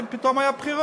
ואז פתאום היו בחירות.